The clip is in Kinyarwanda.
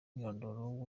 umwirondoro